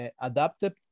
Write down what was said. adapted